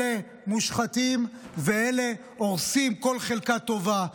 אלה מושחתים ואלה הורסים כל חלקה טובה.